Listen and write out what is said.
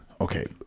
Okay